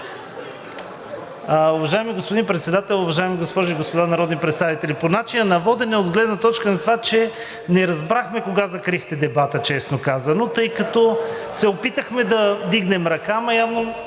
Уважаеми господин Председател, уважаеми госпожи и господа народни представители! По начина на водене от гледна точка на това, че не разбрахме кога закрихте дебата, тъй като, честно казано, се опитахме да вдигнем ръка, но явно